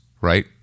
right